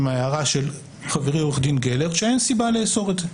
עם ההערה של חברי עורך דין גלרט שאין סיבה לאסור את זה.